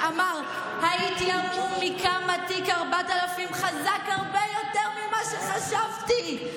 שאמר: הייתי המום מכמה תיק 4000 חזק הרבה יותר ממה שחשבתי.